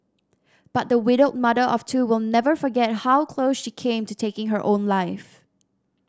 but the widowed mother of two will never forget how close she came to taking her own life